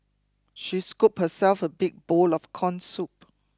she scooped herself a big bowl of corn soup